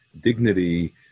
Dignity